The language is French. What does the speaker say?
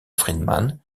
friedman